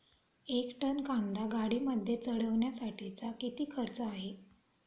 एक टन कांदा गाडीमध्ये चढवण्यासाठीचा किती खर्च आहे?